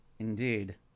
Indeed